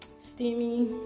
steamy